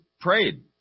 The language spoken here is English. prayed